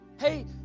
Hey